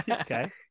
Okay